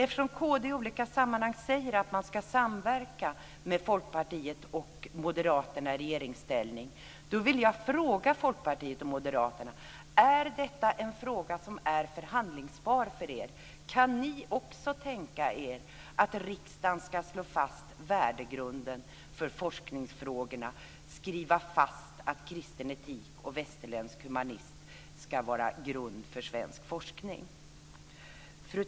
Eftersom kd i olika sammanhang säger att man ska samverka med Folkpartiet och Moderaterna i regeringsställning vill jag fråga Folkpartiet och Moderaterna: Är detta en fråga om är förhandlingsbar för er? Kan ni också tänka er att riksdagen ska slå fast värdegrunden för forskningsfrågorna, skriva fast att kristen etik och västerländsk humanism ska vara grunden för svensk forskning?